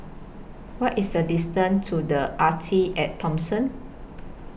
What IS The distance to The Arte At Thomson